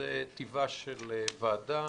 זו טיבה של ועדה,